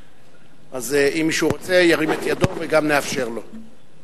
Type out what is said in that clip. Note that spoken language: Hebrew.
אז אם מישהו רוצה, ירים את ידו ונאפשר גם לו.